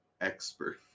expert